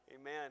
Amen